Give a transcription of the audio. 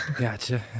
Gotcha